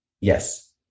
yes